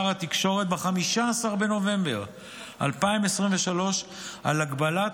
ב-15 בנובמבר 2023 הורה שר התקשורת על הגבלת